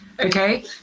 okay